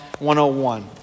101